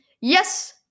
Yes